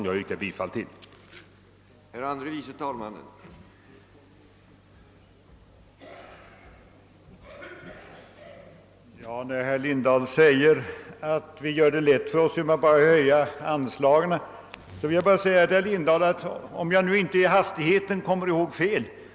Jag yrkar bifall till utskottets hemställan.